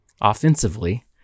offensively